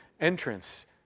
entrance